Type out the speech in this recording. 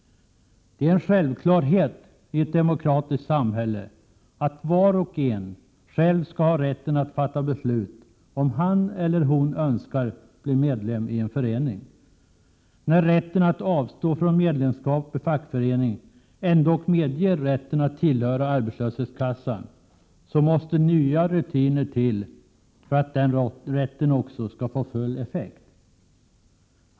Det är en självklarhet i ett demokratiskt samhälle att var och en själv skall ha rätten att fatta beslut om huruvida han eller hon önskar bli medlem i en förening. När rätten att avstå från medlemskap i fackförening ändock medger rätten att tillhöra arbetslöshetskassan, måste nya rutiner till för att den rätten också skall få full effekt.